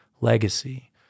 legacy